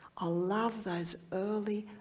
ah love those early,